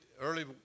early